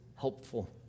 helpful